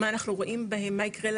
מה אנחנו רואים בהם,